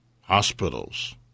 hospitals